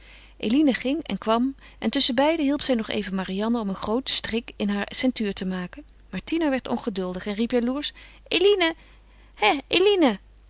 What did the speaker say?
eline ging en kwam en tusschenbeide hielp zij nog even marianne om een grooten strik in haar ceintuur te maken maar tina werd ongeduldig en riep jaloersch eline hè eline